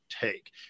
take